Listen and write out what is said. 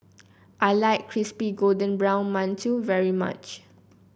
I like Crispy Golden Brown Mantou very much